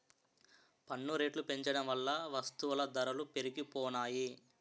పన్ను రేట్లు పెంచడం వల్ల వస్తువుల ధరలు పెరిగిపోనాయి